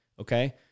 Okay